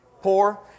Poor